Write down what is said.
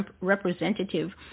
representative